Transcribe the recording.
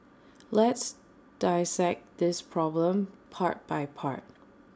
let's dissect this problem part by part